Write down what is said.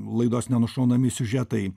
laidos nenušaunami siužetai